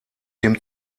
dem